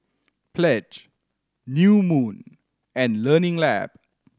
Pledge New Moon and Learning Lab